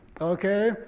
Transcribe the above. okay